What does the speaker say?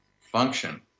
function